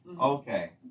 Okay